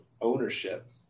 ownership